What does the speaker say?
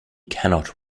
cannot